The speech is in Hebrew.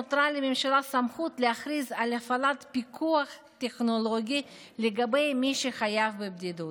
נותרה לממשלה סמכות להכריז על הפעלת פיקוח טכנולוגי על מי שחייב בבידוד.